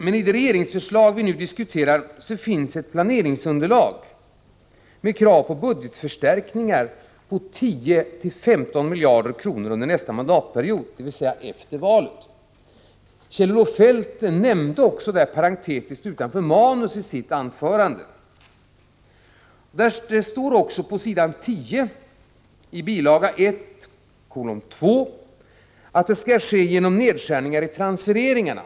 Men i det regeringsförslag som vi nu diskuterar finns det ett planeringsunderlag med krav på budgetförstärkningar på 10-15 miljarder under nästa mandatperiod — dvs. efter valet. Kjell-Olof Feldt nämnde parentetiskt — han frångick manuskriptet—i sitt anförande, och det står också på s. 10i bil. 1:2, att budgetförstärkningarna skall ske genom nedskärningar i transfereringarna.